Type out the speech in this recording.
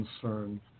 concern